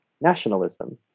nationalism